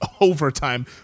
overtime